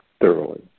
thoroughly